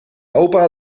opa